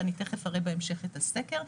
ואני אראה בהמשך את הסקר.